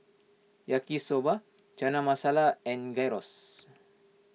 Yaki Soba Chana Masala and Gyros